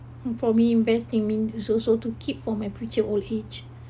for me investing mean is also to keep for old age